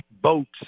boats